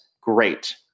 great